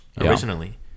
originally